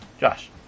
Josh